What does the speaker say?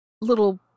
little